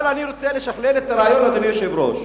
אבל אני רוצה לשכלל את הרעיון, אדוני היושב-ראש,